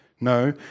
No